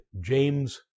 James